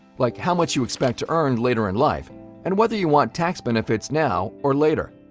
like how much you expect to earn later in life and whether you want tax benefits now or later.